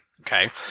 Okay